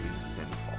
sinful